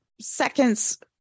seconds